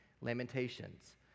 Lamentations